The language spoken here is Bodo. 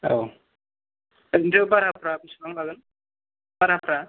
औ ओरैन्थ' बारहाफ्रा बेसेबां लागोन बारहाफ्रा